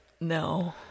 no